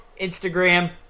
Instagram